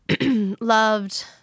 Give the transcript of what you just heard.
loved